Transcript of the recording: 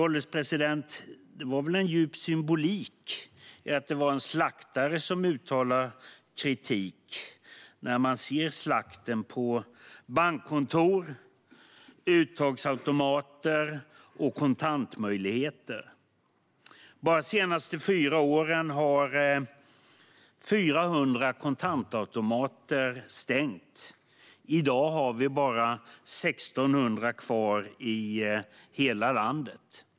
Fru ålderspresident! Det ligger en djup symbolik i att det var en slaktare som uttalade kritik när man ser slakten på bankkontor, uttagsautomater och kontantmöjligheter. Bara de senaste fyra åren har 400 kontantautomater stängt. I dag har vi bara 1 600 kvar i hela landet.